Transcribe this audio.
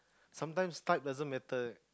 sometimes type doesn't matter